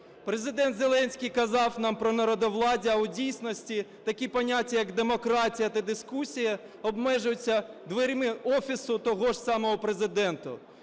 Президент Зеленський казав нам про народовладдя, а в дійсності такі поняття, як "демократія" та "дискусія", обмежуються дверми Офісу того ж самого Президента.